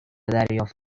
دریافت